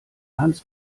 hans